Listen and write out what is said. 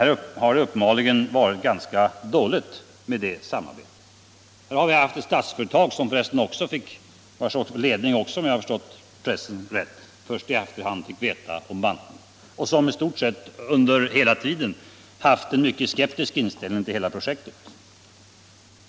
Det har uppenbarligen varit ganska dåligt med det samarbetet. Här har vi haft Statsföretag, vars ledning för resten också, om jag förstått pressen rätt, först i efterhand fick veta om bantningen av stålverket och som i stort sett under hela tiden haft en mycket skeptisk inställning till hela projektet.